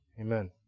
Amen